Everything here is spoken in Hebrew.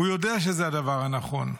הוא יודע שזה הדבר הנכון.